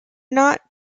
not